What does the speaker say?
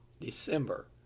December